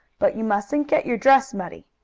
but you mustn't get your dress muddy,